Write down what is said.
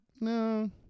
No